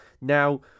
now